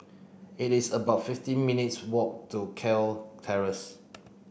it is about fifteen minutes' walk to Kew Terrace